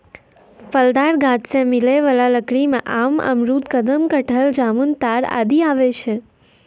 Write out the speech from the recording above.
फलदार गाछ सें मिलै वाला लकड़ी में आम, अमरूद, कदम, कटहल, जामुन, ताड़ आदि आवै छै